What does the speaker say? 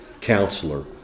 Counselor